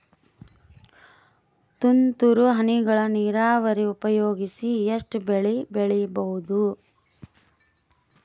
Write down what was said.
ತುಂತುರು ಹನಿಗಳ ನೀರಾವರಿ ಉಪಯೋಗಿಸಿ ಎಷ್ಟು ಬೆಳಿ ಬೆಳಿಬಹುದು?